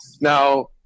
now